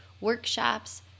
workshops